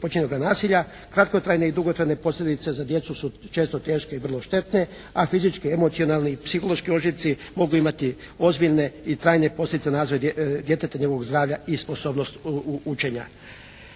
počinjenoga nasilja, kratkotrajne i dugotrajne posljedice za djecu su često teške i vrlo štetne, a fizičke i emocionalne i psihološki ožiljci mogu imati ozbiljne i trajne posljedice na razvoj djeteta, njegovog zdravlja i sposobnost učenja.